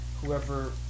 whoever